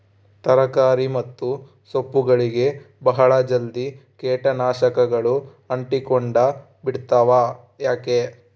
ತರಕಾರಿ ಮತ್ತು ಸೊಪ್ಪುಗಳಗೆ ಬಹಳ ಜಲ್ದಿ ಕೇಟ ನಾಶಕಗಳು ಅಂಟಿಕೊಂಡ ಬಿಡ್ತವಾ ಯಾಕೆ?